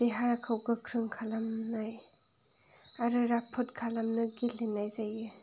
देहाखौ गोख्रों खालामनाय आरो राफोद खालामनो गेलेनाय जायो